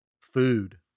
food